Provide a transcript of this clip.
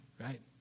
right